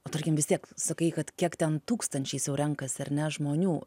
o tarkim vis tiek sakai kad kiek ten tūkstančiais jau renkasi ar ne žmonių